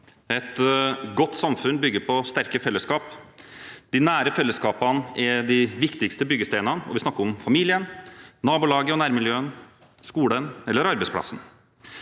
Et godt samfunn bygger på sterke fellesskap. De nære fellesskapene er de viktigste byggesteinene. Vi snakker om familien, nabolaget, nærmiljøet, skolen eller arbeidsplassen.